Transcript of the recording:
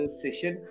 session